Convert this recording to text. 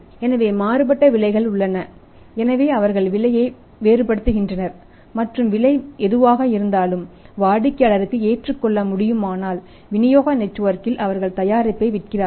எனவே மாறுபட்ட விலைகள் உள்ளன எனவே அவர்கள் விலையை வேறுபடுகின்றனர் மற்றும் விலை எதுவாக இருந்தாலும் வாடிக்கையாளருக்கு ஏற்றுக்கொள்ள முடியும்மானால் விநியோக நெட்வொர்க்கில் அவர்கள் தயாரிப்பை விற்கிறார்கள்